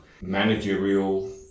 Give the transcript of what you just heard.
managerial